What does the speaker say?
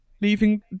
leaving